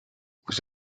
vous